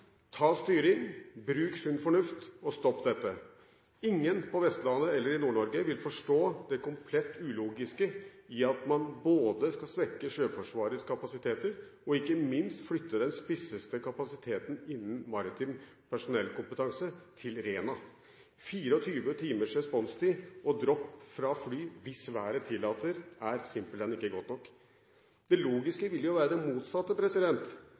Ta styring, bruk sunn fornuft og stopp dette. Ingen på Vestlandet eller i Nord-Norge vil forstå det komplett ulogiske i at man skal svekke Sjøforsvarets kapasiteter og ikke minst flytte den spisseste kapasiteten innen maritim personellkompetanse til Rena. 24 timers responstid og dropp fra fly – hvis været tillater – er simpelthen ikke godt nok. Det logiske ville jo være det motsatte,